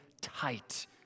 tight